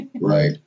Right